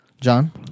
John